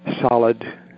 solid